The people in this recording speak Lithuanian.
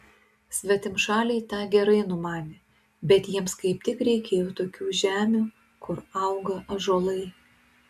svetimšaliai tą gerai numanė bet jiems kaip tik reikėjo tokių žemių kur auga ąžuolai